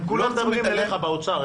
הם כולם מדברים אליך, באוצר.